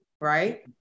right